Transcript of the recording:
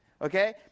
Okay